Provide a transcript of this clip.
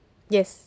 yes